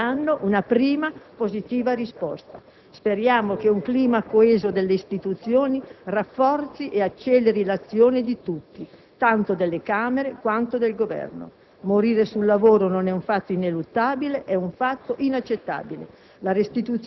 Queste dure parole del Presidente della Repubblica, questo monito, oggi hanno una prima, positiva, risposta. Speriamo che un clima coeso delle istituzioni rafforzi e acceleri l'azione di tutti, tanto delle Camere quanto del Governo.